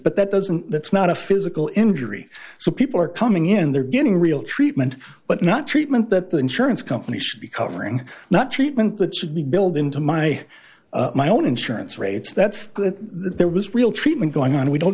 but that doesn't that's not a physical injury so people are coming in they're getting real treatment but not treatment that the insurance companies should be covering not treatment that should be billed into my my own insurance rates that's good there was real treatment going on we don't